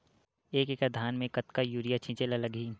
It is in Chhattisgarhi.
एक एकड़ धान में कतका यूरिया छिंचे ला लगही?